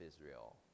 Israel